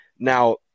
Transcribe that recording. Now